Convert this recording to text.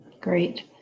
great